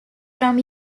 from